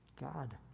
God